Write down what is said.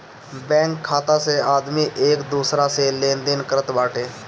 bank खाता से आदमी एक दूसरा से लेनदेन करत बाटे